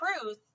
truth